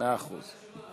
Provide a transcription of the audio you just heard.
מאה אחוז.